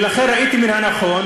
ולכן ראיתי לנכון,